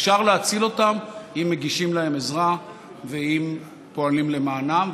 אפשר להציל אותם אם מגישים להם עזרה ואם פועלים למענם.